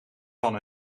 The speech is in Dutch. van